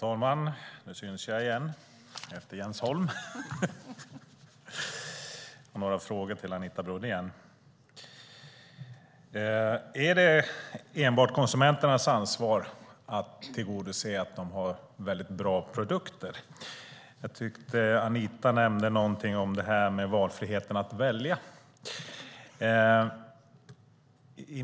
Herr talman! Jag har några frågor till Anita Brodén. Är det enbart konsumenternas ansvar att tillgodose att de får bra produkter? Anita nämnde någonting om valfriheten att välja.